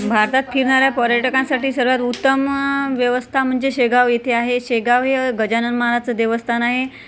भारतात फिरणाऱ्या पर्यटकांसाठी सर्वात उत्तम व्यवस्था म्हणजे शेगाव येथे आहे शेगाव हे अ गजानन महाराजाचं देवस्थान आहे